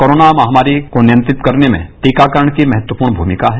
corona महामारी को नियंत्रित करने में टीकाकरण की महत्वपूर्ण भूमिका है